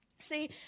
See